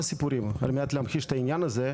אבל אי אפשר לגשת ללשכה.